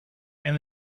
and